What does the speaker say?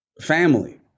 family